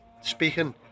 speaking